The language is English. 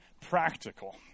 practical